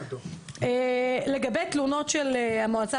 לגבי תלונות של המועצה